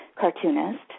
cartoonist